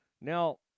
Now